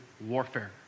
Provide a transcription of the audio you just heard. warfare